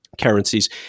currencies